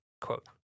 quote